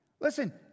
Listen